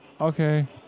Okay